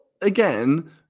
again